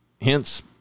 Hence